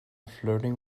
flirting